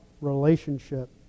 relationship